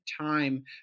time